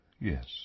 yes